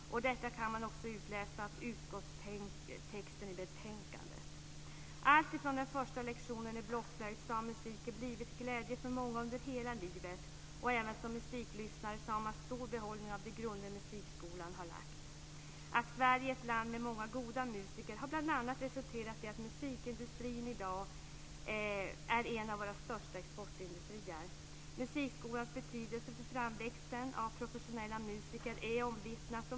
Detta kan man också utläsa av texten i utskottets betänkande. Alltifrån den första lektionen i blockflöjt har musiken blivit till glädje för många under hela livet. Även som musiklyssnare har man stor behållning av de grunder musikskolan har lagt. Att Sverige är ett land med många goda musiker har bl.a. resulterat i att musikindustrin i dag är en av våra största exportindustrier. Musikskolans betydelse för framväxten av professionella musiker är omvittnad.